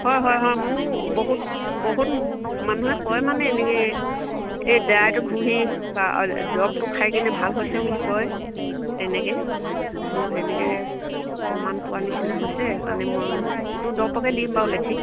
হয় হয় হয় মোৰ বহুত বহুত মানুহে কয় মানে এনেকৈ এই দৰবটো ঘঁহি বা দৰবটো খাই কিনে ভাল হৈছে বুলি কয় তেনেকৈ মই সেনেকৈ অকণমান পোৱা নিচিনা হৈছে সেইকাৰণে মই সেইটো দৰবকে দিম বাৰু লিখি